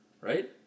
right